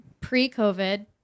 pre-COVID